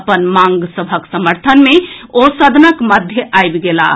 अपन मांग सभक समर्थन मे ओ सदनक मध्य आबि गेलाह